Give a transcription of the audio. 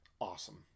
awesome